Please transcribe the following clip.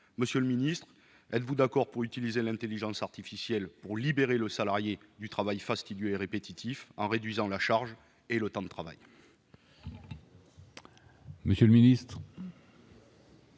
Monsieur le secrétaire d'État, êtes-vous d'accord pour que l'on utilise l'intelligence artificielle afin de libérer le salarié du travail fastidieux et répétitif, en réduisant la charge et le temps de travail ?